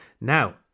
Now